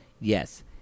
Yes